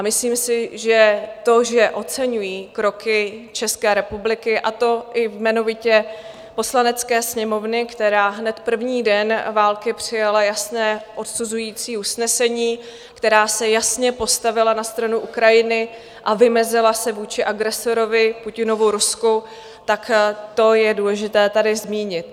Myslím si, že to, že oceňují kroky České republiky, a to i jmenovitě Poslanecké sněmovny, která hned první den války přijala jasné odsuzující usnesení, kterým se jasně postavila na stranu Ukrajiny a vymezila se vůči agresorovi, Putinovu Rusku, tak to je důležité tady zmínit.